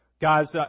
Guys